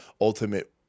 ultimate